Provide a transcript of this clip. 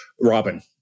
Robin